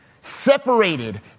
separated